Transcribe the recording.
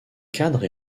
cadres